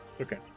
Okay